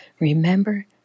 Remember